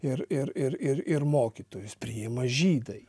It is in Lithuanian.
ir ir ir ir mokytojus priima žydai